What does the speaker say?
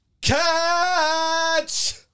Catch